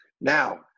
Now